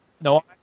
No